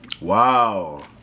Wow